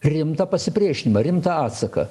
rimtą pasipriešinimą rimtą atsaką